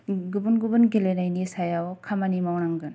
गुबुन गुबुन गेलेनायनि सायाव खामानि मावनांगोन